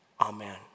Amen